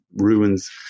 ruins